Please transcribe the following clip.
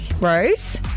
Rose